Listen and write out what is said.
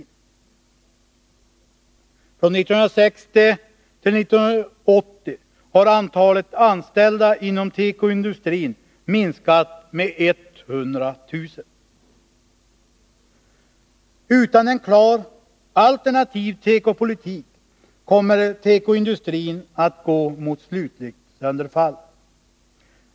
Från 1960 till 1980 har antalet anställda inom tekoindustrin minskat med 100 000 personer. Utan en klar, alternativ tekopolitik kommer tekoindustrin att gå mot slutligt sönderfall.